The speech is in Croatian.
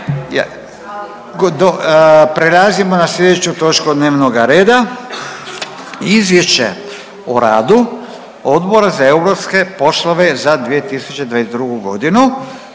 Prelazimo na slijedeću točku dnevnoga reda: - Izvješće o radu Odbora za europske poslove za 2022. godinu